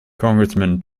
congressman